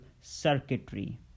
circuitry